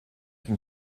can